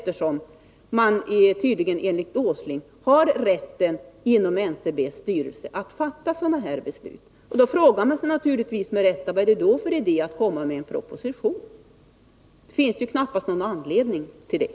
Enligt Nils Åsling har man inom NCB:s styrelse tydligen rätt att fatta sådana beslut. Då frågar man sig naturligtvis, och med rätta: Vad är det för idé att lägga fram en proposition? Det finns ju under sådana förhållanden knappast någon anledning att göra det.